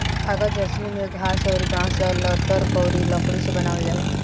कागज असली में घास अउर बांस आ लतर अउरी लकड़ी से बनावल जाला